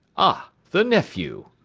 ah! the nephew!